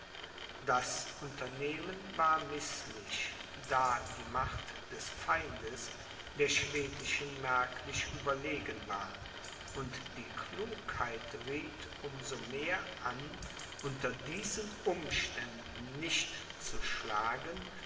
das unternehmen war mißlich da die macht des feindes der schwedischen merklich überlegen war und die klugheit rieth um so mehr an unter diesen umständen nicht zu schlagen